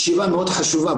ישיבה מאוד חשובה,